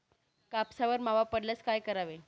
कापसावर मावा पडल्यास काय करावे?